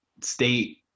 state